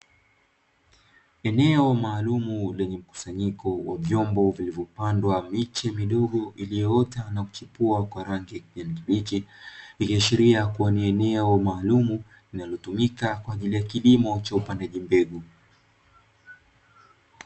Eneo maalumu lenye mkusanyiko wa vyombo, vilivyopandwa miche midogo iliyoota na kuchipua kwa rangi ya kijani kibichi, ikiashiria kuwa ni eneo maalumu linalotumika kwa ajili ya kilimo cha upandaji mbegu